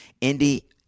Indy